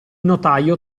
notaio